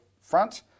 front